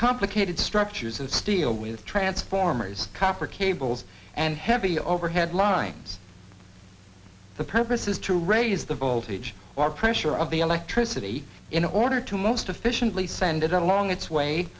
complicated structures of steel with transformers copper cables and heavy overhead lines the purpose is to raise the voltage or pressure of the electricity in order to most efficiently send it along its way